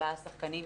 ארבעה שחקנים,